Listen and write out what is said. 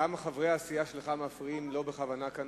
חברי הסיעה שלך מפריעים, לא בכוונה כנראה.